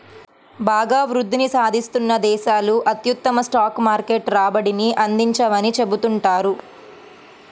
బాగా వృద్ధిని సాధిస్తున్న దేశాలు అత్యుత్తమ స్టాక్ మార్కెట్ రాబడిని అందించవని చెబుతుంటారు